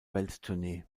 welttournee